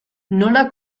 nola